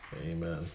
Amen